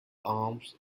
arms